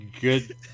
good